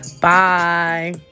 Bye